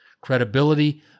credibility